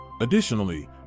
Additionally